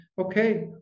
okay